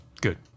Good